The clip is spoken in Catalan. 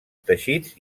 teixits